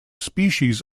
species